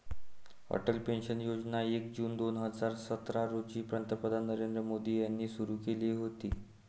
Atal pension योजना एक जून दोन हजार सतरा रोजी पंतप्रधान नरेंद्र मोदी यांनी सुरू केली होती